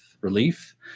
relief